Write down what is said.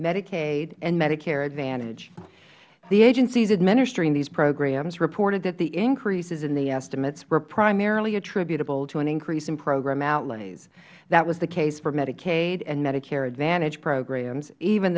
medicaid and medicare advantage the agencies administering these programs reported that the increases in the estimates were primarily attributable to an increase in program outlay that was the case for medicaid and medicare advantage programs even